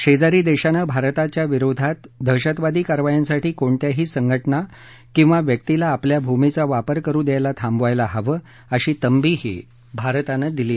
शेजारी देशानं भारताविरोधात दहशतवादी कारवायांसाठी कोणत्याही संगठना किंवा व्यक्तीला आपल्या भूमीचा वापर करु द्यायला थांबवायला हवं अशी तंबीही भारतानं दिली